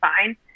fine